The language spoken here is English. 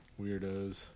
weirdos